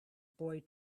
boy